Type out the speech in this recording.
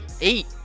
eight